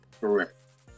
Correct